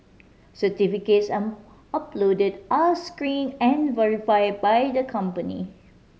certificates on uploaded are screen and verify by the company